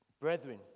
Brethren